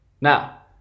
Now